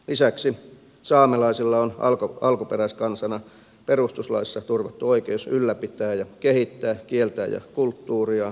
lisäksi saamelaisilla on alkuperäiskansana perustuslaissa turvattu oikeus ylläpitää ja kehittää kieltään ja kulttuuriaan